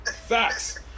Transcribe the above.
Facts